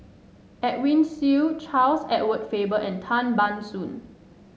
Edwin Siew Charles Edward Faber and Tan Ban Soon